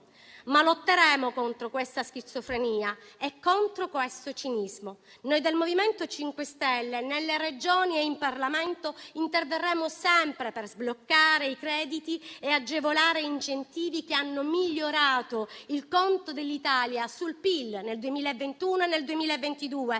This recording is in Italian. Ma lotteremo contro questa schizofrenia e contro questo cinismo. Noi del MoVimento 5 Stelle nelle Regioni e in Parlamento interverremo sempre per sbloccare i crediti e agevolare incentivi che hanno migliorato il conto dell'Italia sul PIL nel 2021 e nel 2022,